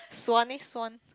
Swan eh Swan